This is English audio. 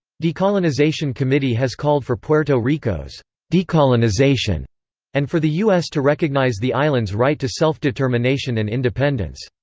decolonization committee has called for puerto rico's decolonization and for the us to recognize the island's right to self-determination and independence.